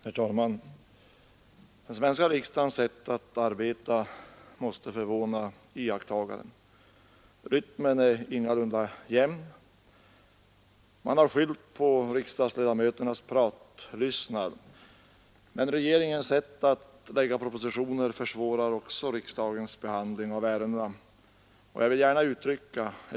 Herr talman! Denna riksdags sätt att arbeta måste förvåna iakttagaren. Rytmen är ingalunda jämn. Man har skyllt på riksdagsledamöternas pratlystnad, men regeringens sätt att framlägga propositioner försvårar också riksdagens behandling av ärendena.